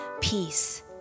peace